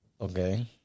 Okay